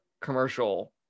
commercial